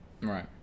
Right